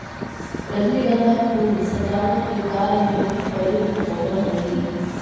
रजनीगंधा फूल सजावट के कार्य में भी प्रयुक्त होवऽ हइ